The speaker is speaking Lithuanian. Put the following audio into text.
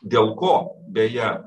dėl ko beje